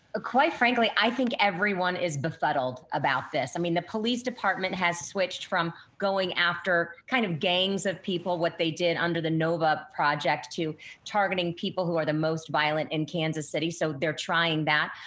quite frankly i think everyone is befuddled about this. i mean, the police department has switched from going after kind of gangs of people, what they did under the nova project to targeting people who are the most violent in kansas city, so they're trying that.